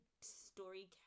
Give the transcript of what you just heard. story